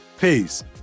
Peace